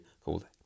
called